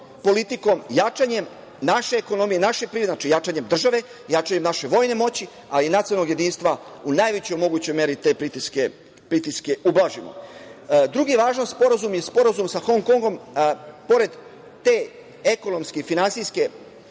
politikom, jačanjem naše ekonomije i jačanjem naše vojne moći, ali i nacionalnog jedinstva u najvećoj mogućoj meri te pritiske ublažimo. Drugi važan sporazum jeste sporazum sa Hong Kongom. Pored te ekonomske i finansijske